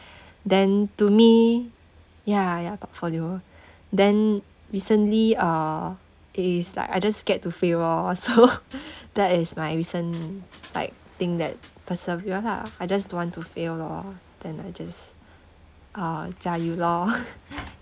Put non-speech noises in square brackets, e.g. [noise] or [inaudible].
then to me ya ya portfolio then recently uh it's like I just scared to fail orh so [laughs] that is my recent like thing that persevere lah I just don't want to fail lor then I just uh jia you lor [laughs]